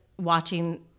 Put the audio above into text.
watching